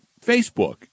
Facebook